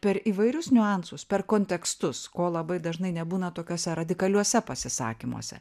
per įvairius niuansus per kontekstus ko labai dažnai nebūna tokiuose radikaliuose pasisakymuose